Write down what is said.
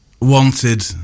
wanted